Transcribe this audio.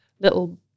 little